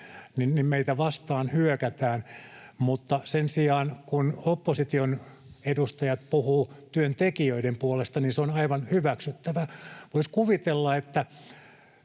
niin meitä vastaan hyökätään, mutta sen sijaan, kun opposition edustajat puhuvat työntekijöiden puolesta, se on aivan hyväksyttävää. Voisi kuvitella, että